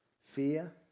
Fear